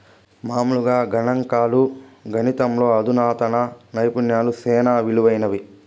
మామూలుగా గణంకాలు, గణితంలో అధునాతన నైపుణ్యాలు సేనా ఇలువైనవి